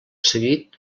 seguit